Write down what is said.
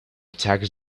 tax